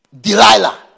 Delilah